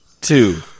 two